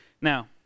Now